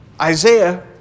Isaiah